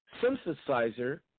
synthesizer